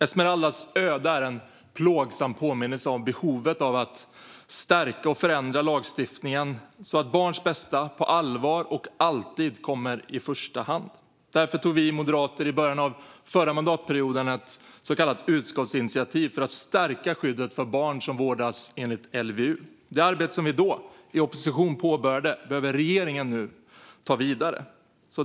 Esmeraldas öde är en plågsam påminnelse om behovet av att stärka och förändra lagstiftningen så att barns bästa på allvar och alltid kommer i första hand. Därför föreslog vi moderater i början av förra mandatperioden ett så kallat utskottsinitiativ för att stärka skyddet för barn som vårdas enligt LVU. Det arbete vi då påbörjade i opposition behöver regeringen nu ta vidare.